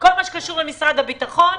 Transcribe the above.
כל מה שקשור למשרד הביטחון,